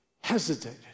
hesitated